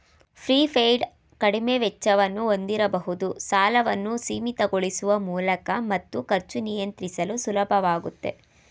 prepaid ಕಡಿಮೆ ವೆಚ್ಚವನ್ನು ಹೊಂದಿರಬಹುದು ಸಾಲವನ್ನು ಸೀಮಿತಗೊಳಿಸುವ ಮೂಲಕ ಮತ್ತು ಖರ್ಚು ನಿಯಂತ್ರಿಸಲು ಸುಲಭವಾಗುತ್ತೆ